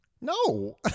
no